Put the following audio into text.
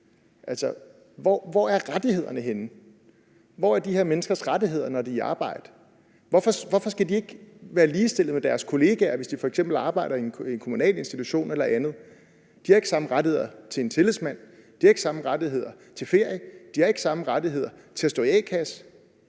Hvor er rettighederne henne? Hvor er de her menneskers rettigheder, når de er i arbejde? Hvorfor skal de ikke være ligestillet med deres kollegaer, hvis de f.eks. arbejder i en kommunal institution eller andet? De har ikke samme rettigheder til en tillidsmand. De har ikke samme rettigheder til ferie. De har ikke samme rettigheder til at stå i en a-kasse.